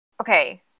Okay